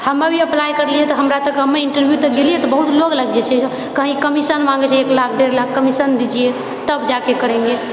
हमे भी अप्लाई करलियै तऽ हमरा तऽ कमे इन्टरव्यू तक गेलिए तऽ बहुत लोग लागि जाइछेै कहि कमीशन माँगे छै एक लाख डेढ़ लाख कमीशन दीजिए तब जाके करेंगे